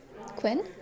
Quinn